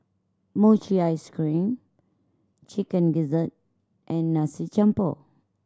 mochi ice cream Chicken Gizzard and Nasi Campur